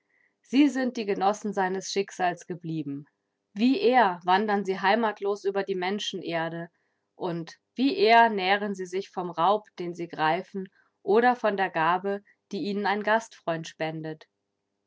sie sind die genossen seines schicksals geblieben wie er wandern sie heimatlos über die menschenerde und wie er nähren sie sich vom raub den sie greifen oder von der gabe die ihnen ein gastfreund spendet